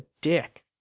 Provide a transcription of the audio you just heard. dick